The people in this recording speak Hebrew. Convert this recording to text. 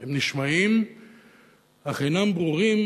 הם נשמעים אך אינם ברורים,